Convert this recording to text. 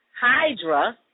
Hydra